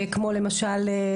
כמו למשל,